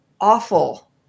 awful